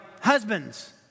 husbands